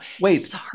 Wait